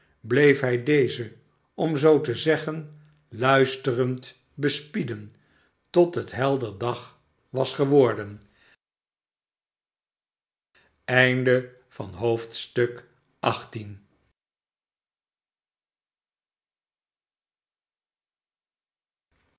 bleef hij dezen om zoo te zeggen luisterend bespieden tot het helder dag was geworden